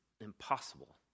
impossible